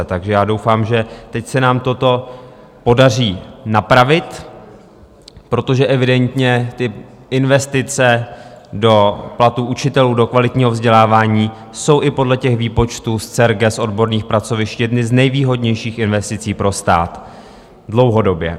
Takže doufám, že teď se nám toto podaří napravit, protože evidentně investice do platů učitelů, do kvalitního vzdělávání jsou i podle těch výpočtů z CERGE, z odborných pracovišť jedny z nejvýhodnějších investicí pro stát dlouhodobě.